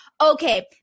okay